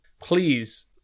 Please